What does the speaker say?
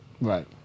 Right